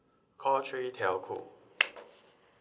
call three telco